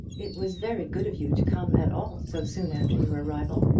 it was very good of you to come at all so soon after your arrival.